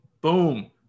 Boom